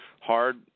hard